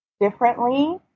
differently